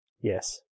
Yes